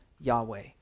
Yahweh